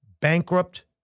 bankrupt